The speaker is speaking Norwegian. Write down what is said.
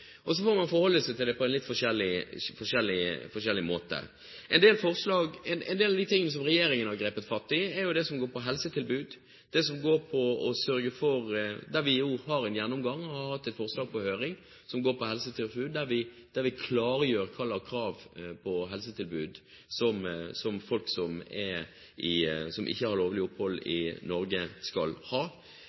Fremskrittspartiet. Så får man forholde seg til det på en litt forskjellig måte. En del av det som regjeringen har grepet fatt i, er det som går på helsetilbud, der vi har en gjennomgang og har hatt et forslag på høring. Vi klargjør hva slags krav på helsetilbud de som ikke har lovlig opphold i Norge, har. Vi er tydelige på at vi skal